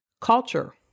culture